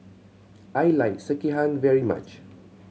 I like Sekihan very much